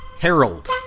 Harold